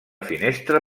finestra